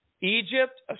Egypt